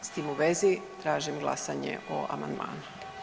S tim u vezi tražim glasanje o amandmanu.